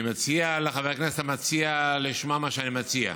אני מציע לחבר הכנסת המציע לשמוע מה שאני מציע,